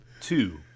Two